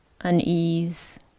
unease